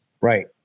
Right